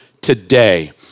today